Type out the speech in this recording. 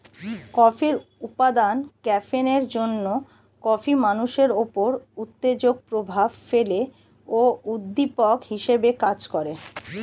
কফির উপাদান ক্যাফিনের জন্যে কফি মানুষের উপর উত্তেজক প্রভাব ফেলে ও উদ্দীপক হিসেবে কাজ করে